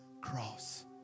cross